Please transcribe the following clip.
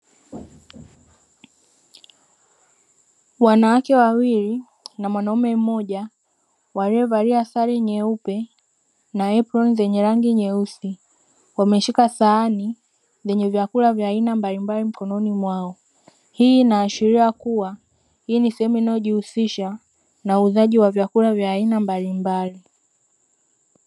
Wanawake wawili na mwanaume mmoja waliovalia sare nyeupe na eproni zenye rangi nyeusi wameshika sahani vyenye vyakula vya aina mbalimbali mkononi mwao. Hii inaashiria kuwa hii ni sehemu inayojihusisha na uuzaji wa vyakula vya aina mbalimbali.